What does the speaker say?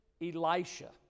Elisha